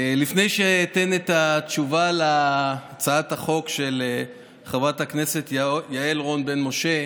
לפני שאתן את התשובה על הצעת החוק של חברת הכנסת יעל רון בן משה,